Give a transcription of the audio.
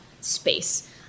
space